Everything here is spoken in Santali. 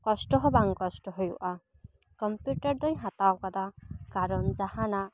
ᱠᱚᱥᱴᱚ ᱦᱚᱸ ᱵᱟᱝ ᱠᱚᱥᱴᱚ ᱦᱩᱭᱩᱜᱼᱟ ᱠᱚᱢᱯᱤᱭᱩᱴᱟᱨ ᱫᱚᱧ ᱦᱟᱛᱟᱣ ᱟᱠᱟᱫᱟ ᱠᱟᱨᱚᱱ ᱡᱟᱦᱟᱱᱟᱜ